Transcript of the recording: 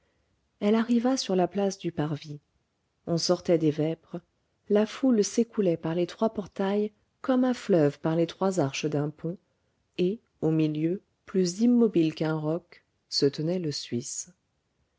elle arriva sur la place du parvis on sortait des vêpres la foule s'écoulait par les trois portails comme un fleuve par les trois arches d'un pont et au milieu plus immobile qu'un roc se tenait le suisse